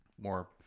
more